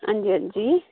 हां'जी हां'जी